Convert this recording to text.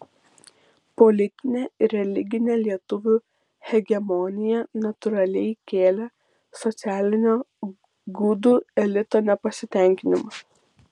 politinė ir religinė lietuvių hegemonija natūraliai kėlė socialinio gudų elito nepasitenkinimą